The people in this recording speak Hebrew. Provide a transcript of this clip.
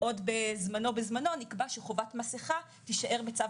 עוד בזמנו נקבע שחובת מסכה תישאר בצו